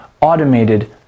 automated